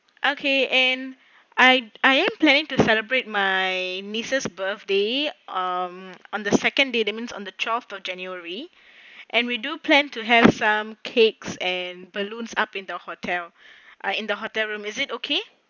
okay and I I am planning to celebrate my niece's birthday um on the second day that's mean on the twelfth of january and we do plan to have some cakes and balloons up in the hotel ah in the hotel room is it okay